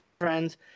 friends